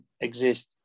exist